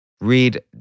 Read